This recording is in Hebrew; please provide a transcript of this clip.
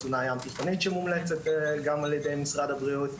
תזונה ים-תיכונית שמומלצת גם על ידי משרד הבריאות.